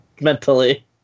mentally